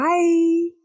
Bye